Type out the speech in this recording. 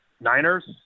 Niners